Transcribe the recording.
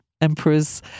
emperors